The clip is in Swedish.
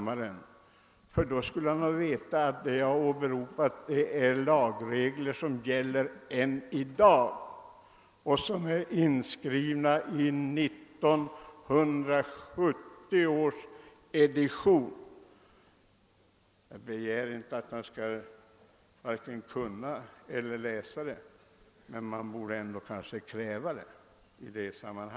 Hade han gjort det, skulle han också ha känt till att de lagregler jag åberopar gäller än i dag. De är inskrivna i 1970 års edition. Det kanske är för mycket att begära att han skall kunna den lagen, men man borde kunna kräva att han har läst den.